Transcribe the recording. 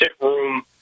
room